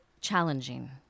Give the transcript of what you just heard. challenging